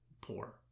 poor